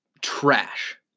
trash